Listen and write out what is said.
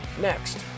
next